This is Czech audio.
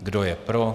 Kdo je pro?